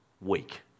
week